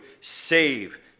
save